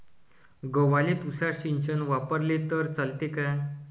गव्हाले तुषार सिंचन वापरले तर चालते का?